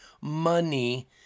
money